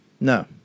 No